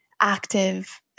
active